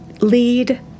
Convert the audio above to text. Lead